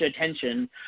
attention